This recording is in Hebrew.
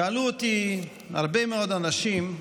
שאלו אותי הרבה מאוד אנשים,